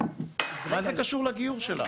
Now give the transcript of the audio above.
מה זה קשור לגיור שלה?